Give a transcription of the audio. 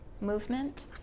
movement